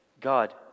God